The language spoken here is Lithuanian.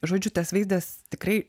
žodžiu tas vaizdas tikrai